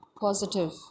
positive